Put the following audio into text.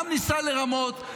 גם ניסה לרמות,